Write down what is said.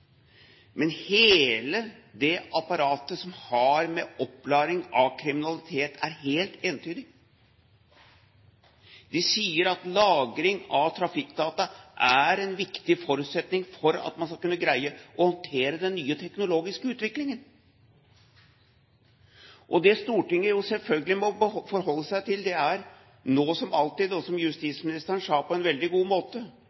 Men hele det apparatet som har med oppklaring av kriminalitet å gjøre, er helt entydig. De sier at lagring av trafikkdata er en viktig forutsetning for at man skal kunne greie å håndtere den nye teknologiske utviklingen. Det Stortinget selvfølgelig må forholde seg til, er – nå som alltid – det som justisministeren sa på en veldig god måte,